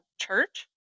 church